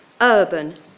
urban